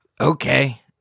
Okay